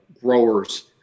growers